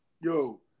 Yo